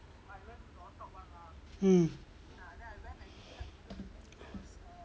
mm